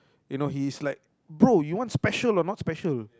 you know he is like bro you want special or not special